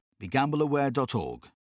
BeGambleAware.org